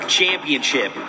Championship